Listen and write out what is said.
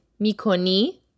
mikoni